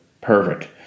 Perfect